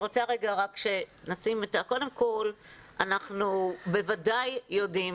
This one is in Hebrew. אנחנו בוודאי יודעים,